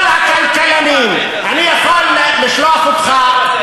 כל הכלכלנים, אני יכול לשלוח אותך,